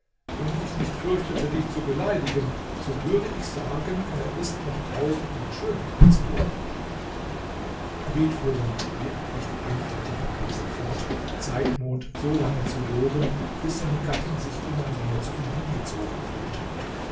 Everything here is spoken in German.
wenn ich nicht fürchtete dich zu beleidigen so würde ich sagen er ist noch tausendmal schöner als du abid fuhr dann wie ein recht einfältiger gatte fort zeitmond solange zu loben bis seine gattin sich immer mehr zu ihm hingezogen fühlte